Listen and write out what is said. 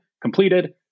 completed